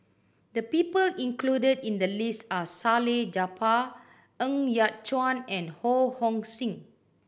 the people included in the list are Salleh Japar Ng Yat Chuan and Ho Hong Sing